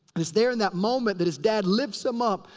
and it's there in that moment that his dad lifts him up.